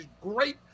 great